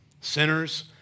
Sinners